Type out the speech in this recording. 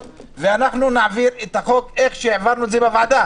ואנחנו נעביר את החוק כמו שהעברנו בוועדה.